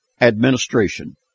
administration